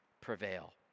prevail